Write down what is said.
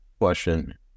question